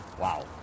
wow